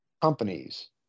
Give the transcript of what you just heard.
companies